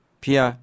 pia